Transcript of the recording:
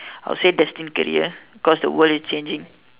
I would say destined career because the world is changing